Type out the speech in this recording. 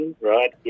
Right